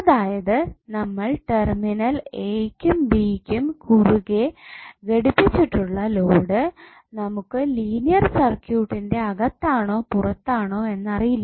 അതായത് നമ്മൾ terminal a b ക്കും കുറുകെ ഘടിപ്പിച്ചിട്ടുള്ള ലോഡ് നമുക്ക് ലീനിയർ സർക്യൂട്ടിന്റെ അകത്താണോ പുറത്താണോ എന്ന് അറിയില്ല